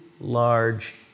large